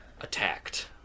attacked